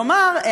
כלומר,